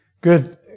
Good